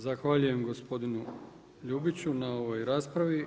Zahvaljujem gospodinu Ljubiću na ovoj raspravi.